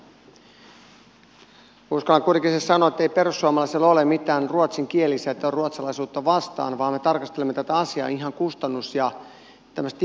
uskallan kuitenkin sen sanoa että ei perussuomalaisilla ole mitään ruotsinkielisiä tai ruotsalaisuutta vastaan vaan me tarkastelemme tätä asiaa ihan kustannus ja tämmöisestä ihmisoikeusnäkökulmasta